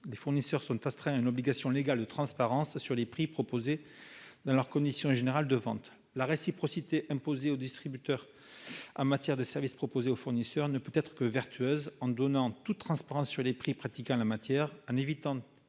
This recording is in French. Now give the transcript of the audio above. Les fournisseurs sont astreints à une obligation légale de transparence sur les prix proposés dans leurs conditions générales de vente. La réciprocité imposée aux distributeurs en matière de services proposés aux fournisseurs ne peut être que vertueuse, en donnant toute transparence sur les prix pratiqués en la matière, en évitant